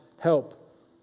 help